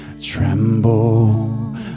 tremble